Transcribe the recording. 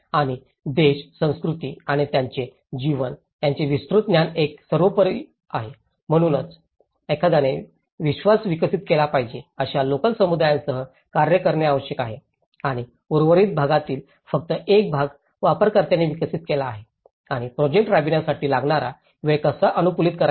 आणि देश संस्कृती आणि त्याचे जीवन यांचे विस्तृत ज्ञान एक सर्वोपरि आहे म्हणून एखाद्याने विश्वास विकसित केला पाहिजे अशा लोकल समुदायांसह कार्य करणे आवश्यक आहे आणि उर्वरित भागातील फक्त एक भाग वापरकर्त्यांनी विकसित केला आहे आणि प्रोजेक्ट राबविण्यासाठी लागणारा वेळ कसा अनुकूलित करायचा